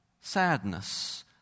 sadness